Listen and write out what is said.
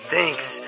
Thanks